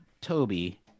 Toby